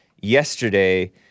yesterday